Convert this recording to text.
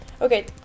Okay